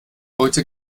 heute